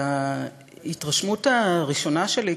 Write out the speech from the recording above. וההתרשמות הראשונה שלי,